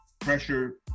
pressure